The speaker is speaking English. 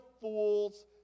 fools